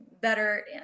better